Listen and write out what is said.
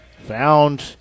found